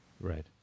Right